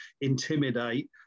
intimidate